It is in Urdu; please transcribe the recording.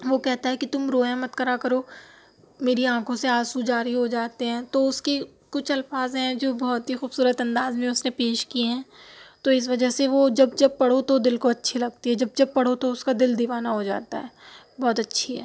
وہ کہتا ہے کہ تم رویا مت کرا کرو میری آنکھوں سے آنسو جاری ہو جاتے ہیں تو اس کی کچھ الفاظ ہیں جو بہت ہی خوبصورت انداز میں اس نے پیش کیے ہیں تو اس وجہ سے وہ جب جب پڑھو تو دل کو اچھی لگتی ہے جب جب پڑھو تو اس کا دل دیوانہ ہو جاتا ہے بہت اچھی ہے